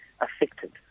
affected